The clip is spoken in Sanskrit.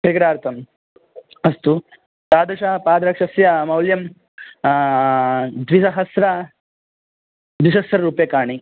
क्रिकेटार्थम् अस्तु तादृशी पादरक्षा मौल्यं द्विसहस्रं द्विसहस्ररूप्यकाणि